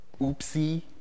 oopsie